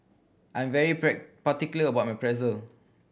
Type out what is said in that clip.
I'm very particular about my Pretzel